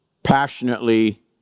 passionately